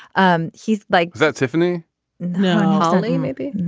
um he's like that tiffany no. holly maybe.